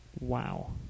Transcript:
Wow